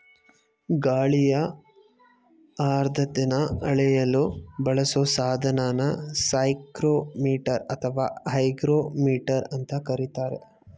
ಗಾಳಿಯ ಆರ್ದ್ರತೆನ ಅಳೆಯಲು ಬಳಸೊ ಸಾಧನನ ಸೈಕ್ರೋಮೀಟರ್ ಅಥವಾ ಹೈಗ್ರೋಮೀಟರ್ ಅಂತ ಕರೀತಾರೆ